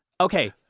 Okay